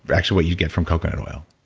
but actually what you get from coconut oil.